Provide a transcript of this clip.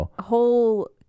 whole